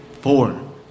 four